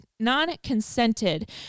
non-consented